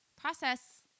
Process